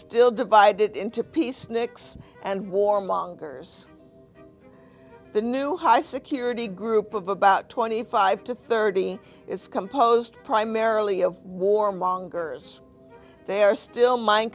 still divided into peaceniks and warmongers the new high security group of about twenty five to thirty is composed primarily of warmongers there still mind